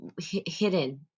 hidden